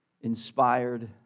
inspired